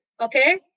Okay